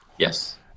yes